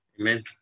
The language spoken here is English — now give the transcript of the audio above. Amen